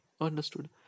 Understood